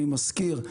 אני מזכיר,